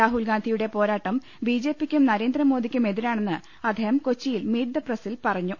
രാഹുൽഗാന്ധിയുടെ പോരാട്ടം ബിജെപിക്കും നരേന്ദ്ര മോദിക്കും എതിരാണെന്ന് അദ്ദേഹം കൊച്ചിയിൽ മീറ്റ് ദി പ്രസിൽ പറഞ്ഞു